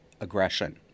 aggression